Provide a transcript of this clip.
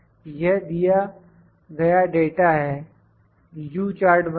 यह दिया गया डाटा है U चार्ट बनाइए